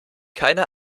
keine